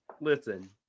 listen